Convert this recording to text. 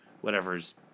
whatever's